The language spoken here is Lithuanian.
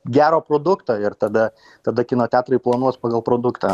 gero produkto ir tada tada kino teatrai planuos pagal produktą